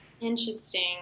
Interesting